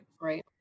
Right